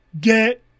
Get